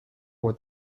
what